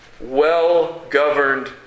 well-governed